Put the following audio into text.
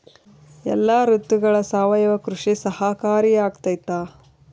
ಎಲ್ಲ ಋತುಗಳಗ ಸಾವಯವ ಕೃಷಿ ಸಹಕಾರಿಯಾಗಿರ್ತೈತಾ?